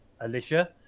Alicia